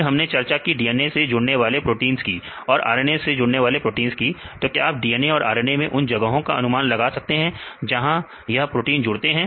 फिर हमने चर्चा की DNA से जुड़ने वाले प्रोटींस की और RNA से जुड़ने वाले प्रोटींस की तो क्या आप DNA और RNA मैं उन जगहों का अनुमान लगा सकते हैं जहां यह प्रोटीन जुड़ते हैं